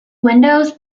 windows